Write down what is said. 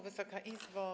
Wysoka Izbo!